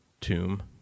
tomb